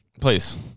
Please